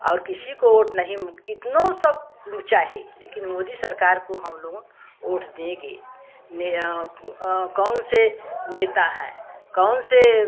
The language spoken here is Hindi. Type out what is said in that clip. और किसी को वोट नहीं कितने सब चाहे लेकिन मोदी सरकार को हम लोग ओट देंगे नहीं कौन से नेता हैं कौन से